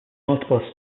multiple